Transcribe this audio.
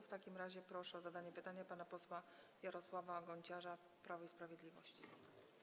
W takim razie proszę o zadanie pytania pana posła Jarosława Gonciarza, Prawo i Sprawiedliwość.